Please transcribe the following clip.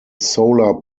solar